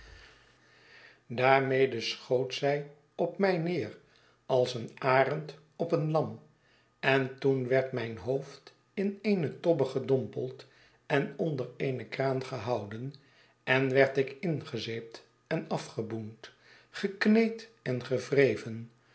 daarmede schoot zij op mij neer als een arend op een lam en toen werd mijn hoofd in eene tobbe gedompeld en onder eene kraan gehouden en werd ik ingezeept enafgeboend gekneed en gewreven